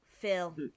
Phil